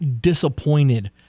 disappointed